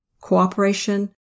cooperation